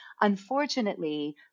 unfortunately